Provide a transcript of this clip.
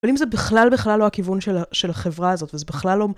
אבל אם זה בכלל בכלל לא הכיוון של החברה הזאת וזה בכלל לא